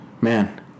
man